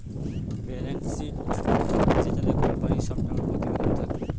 balance sheet যেটাতে কোম্পানির সব টাকা প্রতিবেদন থাকে